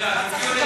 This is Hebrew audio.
בשביל מה, דיון?